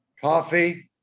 Coffee